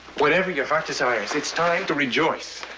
whatever your heart desires. it's time to rejoice.